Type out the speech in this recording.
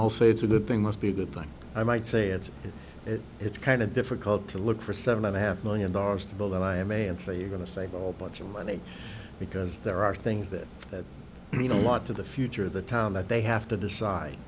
all say it's a good thing must be a good thing i might say it's it it's kind of difficult to look for seven and a half million dollars to build that i am a and so you're going to save a whole bunch of money because there are things that that mean a lot to the future of the town that they have to decide